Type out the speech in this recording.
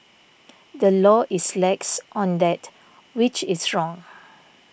the law is lax on that which is wrong